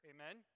Amen